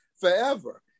forever